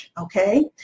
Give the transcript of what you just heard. okay